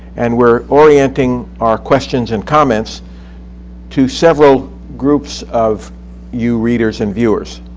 and we're orienting our questions and comments to several groups of you readers and viewers.